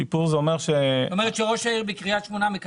שיפור זה אומר ש --- זאת אומרת שראש העיר בקרית שמונה